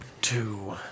two